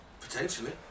Potentially